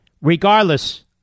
Regardless